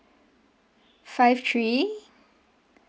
five three